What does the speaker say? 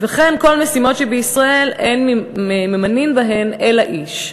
וכן "כל משימות שבישראל אין ממנין בהן אלא איש".